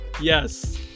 Yes